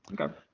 Okay